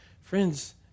Friends